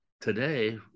today